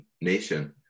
nation